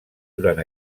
durant